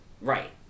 Right